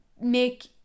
make